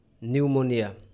pneumonia